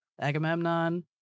Agamemnon